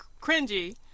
cringy